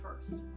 first